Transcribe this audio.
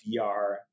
VR